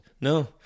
no